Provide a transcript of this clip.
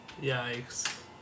Yikes